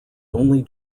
only